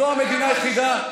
זו המדינה היחידה.